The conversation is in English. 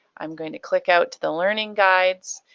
i'm going to click out to the learning guides,